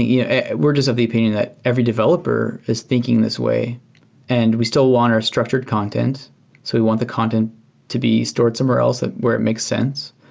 yeah we're just of the opinion that every developer is thinking this way and we still want our structured content. so we want the content to be stored somewhere else where it makes sense.